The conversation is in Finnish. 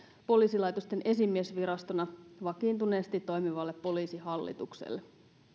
poliisilaitosten esimiesvirastona vakiintuneesti toimivalle poliisihallitukselle